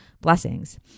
blessings